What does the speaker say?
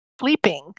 sleeping